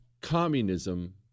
communism